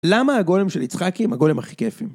למה הגולם של יצחקי הם הגולים הכי כיפים?